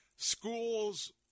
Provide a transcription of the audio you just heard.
Schools